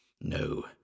No